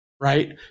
right